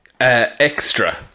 extra